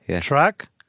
track